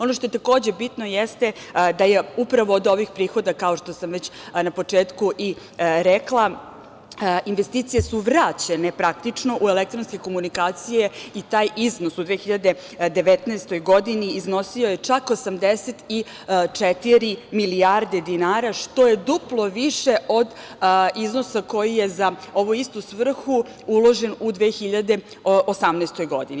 Ono što je takođe bitno jeste da je upravo od ovih prihoda kao što sam već na početku i rekla, investicije su vraćene praktično u elektronske komunikacije i taj iznos u 2019. godini iznosio je čak 84 milijarde dinara, što je duplo više od iznosa koji je za ovu istu svrhu uložen u 2018. godini.